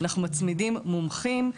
אנחנו מצמידים מומחים,